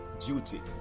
duty